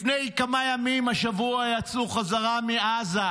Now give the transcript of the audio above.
לפני כמה ימים, השבוע, הם יצאו בחזרה מעזה.